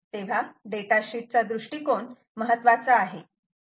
तेव्हा data sheet चा दृष्टिकोन महत्त्वाचा आहे